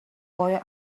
boy